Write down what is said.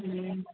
ହୁଁ